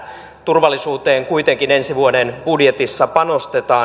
turvallisuuteen kuitenkin ensi vuoden budjetissa panostetaan